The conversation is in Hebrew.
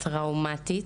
חוויה טראומטית.